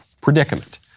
predicament